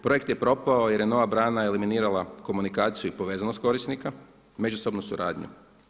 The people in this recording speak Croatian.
Projekt je propao jer je nova brana eliminirala komunikaciju i povezanost korisnika međusobnu suradnju.